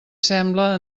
sembla